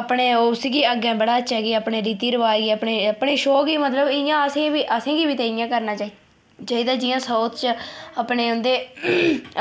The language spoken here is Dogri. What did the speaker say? अपने उसगी अग्गे बढ़ाचे कि पने रीती रिवा गी अपने शो गी मतलब इ'यां असें बी असेंगी बी इ'यै करना चाहिदा जियां साउथ च अपने उंदे